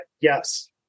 Yes